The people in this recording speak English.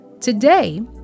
Today